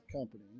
company